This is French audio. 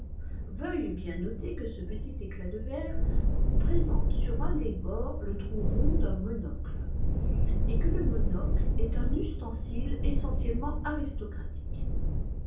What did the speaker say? veuille bien noter que ce petit éclat de verre présente sur un des bords le trou rond d'un monocle et que le monocle est un ustensile essentiellement aristocratique